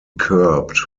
curbed